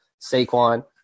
Saquon